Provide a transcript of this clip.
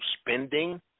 spending